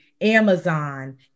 Amazon